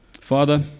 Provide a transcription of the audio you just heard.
Father